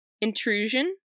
intrusion